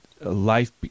life